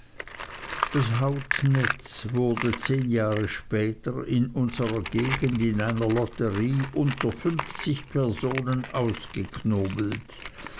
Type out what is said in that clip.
das hautnetz wurde zehn jahre später in unserer gegend in einer lotterie unter fünfzig personen ausgeknobelt